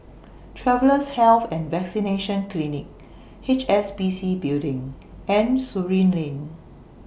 Travellers' Health and Vaccination Clinic H S B C Building and Surin Lane